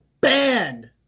banned